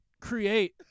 create